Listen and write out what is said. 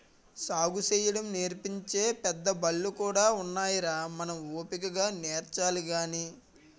సాగుసేయడం నేర్పించే పెద్దబళ్ళు కూడా ఉన్నాయిరా మనం ఓపిగ్గా నేర్చాలి గాని